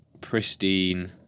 pristine